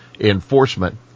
Enforcement